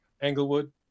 Englewood